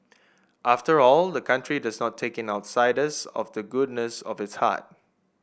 after all the country does not take in outsiders of the goodness of its heart